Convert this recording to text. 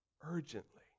urgently